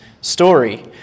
story